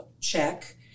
check